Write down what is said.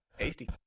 Tasty